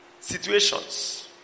situations